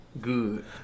Good